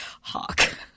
Hawk